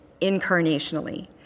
incarnationally